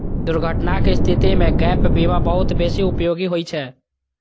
दुर्घटनाक स्थिति मे गैप बीमा बहुत बेसी उपयोगी होइ छै